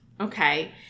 Okay